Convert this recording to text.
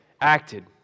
acted